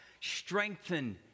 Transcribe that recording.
strengthen